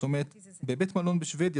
בבית מלון בשוודיה